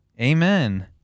Amen